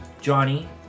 Johnny